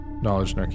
Knowledge